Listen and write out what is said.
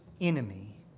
enemy